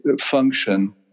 function